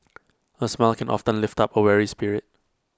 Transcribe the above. A smile can often lift up A weary spirit